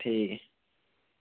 ठीक